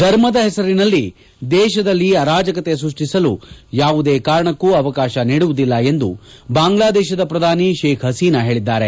ಧರ್ಮದ ಹೆಸರಿನಲ್ಲಿ ದೇಶದಲ್ಲಿ ಅರಾಜಕತೆ ಸೃಷ್ಟಿಸಲು ಯಾವುದೇ ಕಾರಣಕ್ಕೂ ಅವಕಾಶ ನೀಡುವುದಿಲ್ಲ ಎಂದು ಬಾಂಗ್ಲಾ ದೇಶದ ಪ್ರಧಾನಿ ಶೇಕ್ ಹಸೀನಾ ಹೇಳಿದ್ದಾರೆ